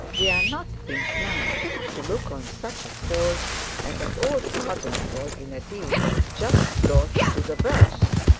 we are not inclined to look on such a fault as at all pardonable in a dean just brought to the birth.